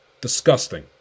Disgusting